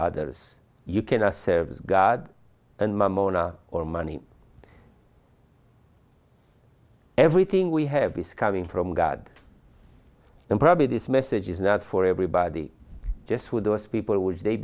others you can serve god and my mana or money everything we have is coming from god and probably this message is not for everybody just for those people who is they